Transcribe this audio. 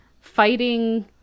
fighting